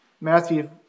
Matthew